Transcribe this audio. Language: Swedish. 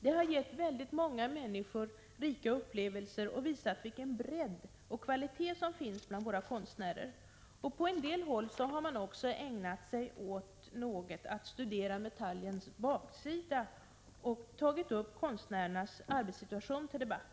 Detta evenemang har gett många människor rika upplevelser, och det har också visat på bredden och kvaliteten när det gäller våra konstnärer. På en del håll har man också något ägnat sig åt att studera medaljens baksida. Man har nämligen tagit upp konstnärernas arbetssituation till debatt.